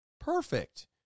Perfect